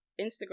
instagram